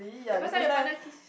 the first time your partner kiss